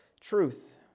truth